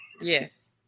Yes